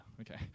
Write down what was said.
okay